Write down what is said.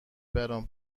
برام